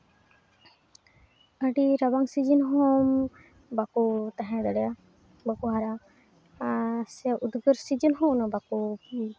ᱟᱹᱰᱤ ᱨᱟᱵᱟᱝ ᱥᱤᱡᱤᱱ ᱦᱚᱸ ᱵᱟᱠᱚ ᱛᱟᱦᱮᱸ ᱫᱟᱲᱮᱭᱟᱜᱼᱟ ᱵᱟᱠᱚ ᱦᱟᱨᱟᱜᱼᱟ ᱟᱨ ᱥᱮ ᱩᱫᱽᱜᱟᱹᱨ ᱥᱤᱡᱤᱱ ᱦᱚᱸ ᱩᱱᱟᱹᱜ ᱵᱟᱠᱚ